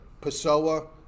Pessoa